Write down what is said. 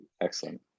excellent